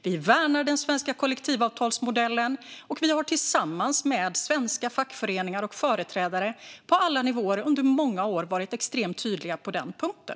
Vi värnar den svenska kollektivavtalsmodellen, och vi har tillsammans med svenska fackföreningar och företrädare på alla nivåer under många år varit extremt tydliga på den punkten.